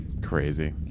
crazy